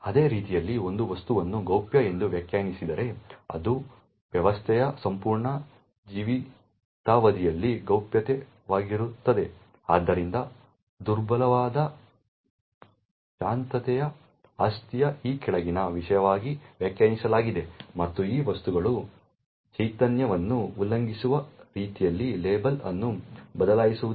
ಅದೇ ರೀತಿಯಲ್ಲಿ ಒಂದು ವಸ್ತುವನ್ನು ಗೌಪ್ಯ ಎಂದು ವ್ಯಾಖ್ಯಾನಿಸಿದರೆ ಅದು ವ್ಯವಸ್ಥೆಯ ಸಂಪೂರ್ಣ ಜೀವಿತಾವಧಿಯಲ್ಲಿ ಗೌಪ್ಯವಾಗಿರುತ್ತದೆ ಆದ್ದರಿಂದ ದುರ್ಬಲವಾದ ಶಾಂತತೆಯ ಆಸ್ತಿಯನ್ನು ಈ ಕೆಳಗಿನ ವಿಷಯವಾಗಿ ವ್ಯಾಖ್ಯಾನಿಸಲಾಗಿದೆ ಮತ್ತು ವಸ್ತುಗಳು ಚೈತನ್ಯವನ್ನು ಉಲ್ಲಂಘಿಸುವ ರೀತಿಯಲ್ಲಿ ಲೇಬಲ್ ಅನ್ನು ಬದಲಾಯಿಸುವುದಿಲ್ಲ